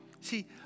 See